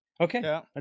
Okay